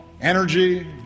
energy